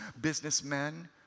businessmen